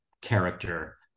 character